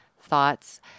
thoughts